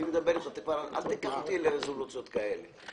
אל תיקח אותי לרזולוציות כאלה.